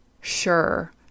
sure